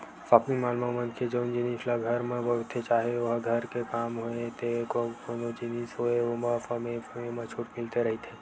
shopping mall म मनखे जउन जिनिस ल घर म बउरथे चाहे ओहा घर के काम होय ते अउ कोनो जिनिस होय ओमा समे समे म छूट मिलते रहिथे